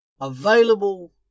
Available